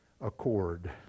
accord